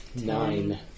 Nine